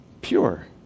pure